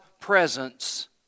presence